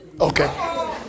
Okay